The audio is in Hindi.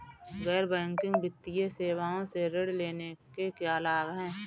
गैर बैंकिंग वित्तीय सेवाओं से ऋण लेने के क्या लाभ हैं?